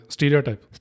Stereotype